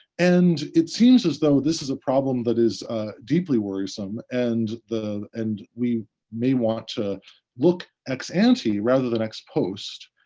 and it seems as though this is a problem that is a deeply worrisome and and we may want to look ex ante, rather than ex post,